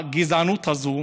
הגזענות הזאת